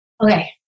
okay